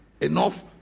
enough